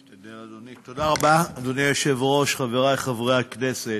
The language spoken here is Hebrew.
אדוני היושב-ראש, תודה רבה, חברי חברי הכנסת,